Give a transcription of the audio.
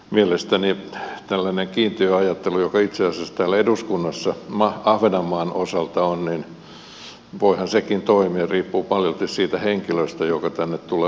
mielestäni tällainen kiintiöajattelu joka itse asiassa täällä eduskunnassa ahvenanmaan osalta on voihan sekin toimia riippuu paljolti siitä henkilöstä joka tänne tulee valittua